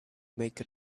make